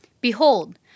Behold